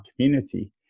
community